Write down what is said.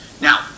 Now